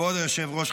כבוד היושב-ראש,